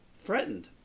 threatened